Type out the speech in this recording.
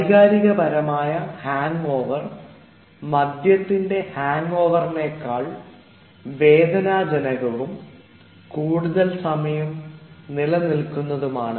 വൈകാരിക പരമായ ഹാങ്ഓവർ മദ്യത്തിൻറെ ഹാങ്ഓവറിനേക്കാൾ വേദനാജനകവും കൂടുതൽ സമയം നിലനിൽക്കുന്നതുമാണ്